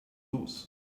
lose